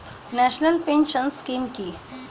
National pension scheme কি?